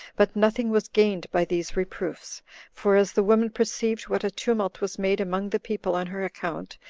but nothing was gained by these reproofs for as the woman perceived what a tumult was made among the people on her account,